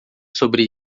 sobre